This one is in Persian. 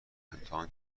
امتحان